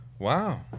Wow